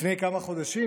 לפני כמה חודשים,